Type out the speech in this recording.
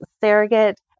surrogate